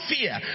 fear